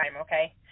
okay